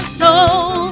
soul